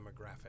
demographic